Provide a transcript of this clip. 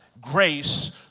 grace